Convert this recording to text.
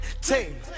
team